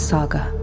Saga